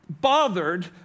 bothered